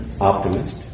Optimist